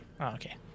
Okay